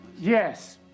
yes